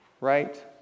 right